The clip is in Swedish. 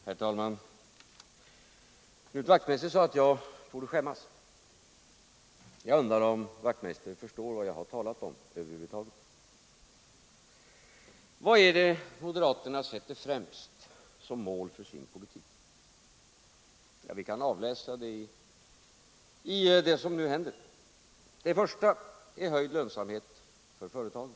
Herr talman! Knut Wachtmeister sade att jag borde skämmas. Jag undrar om herr Wachtmeister förstår vad jag talat om över huvud taget. Vad är det moderaterna sätter främst som mål för sin politik? Vi kan avläsa det i det som nu händer. 1. Det gäller höjd lönsamhet för företagen.